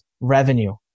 revenue